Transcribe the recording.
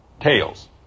tails